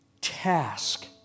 task